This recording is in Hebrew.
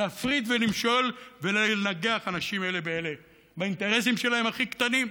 להפריד ולמשול ולנגח אנשים אלה באלה באינטרסים שלהם הכי קטנים?